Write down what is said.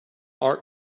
art